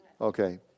Okay